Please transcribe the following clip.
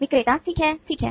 विक्रेता ठीक है ठीक है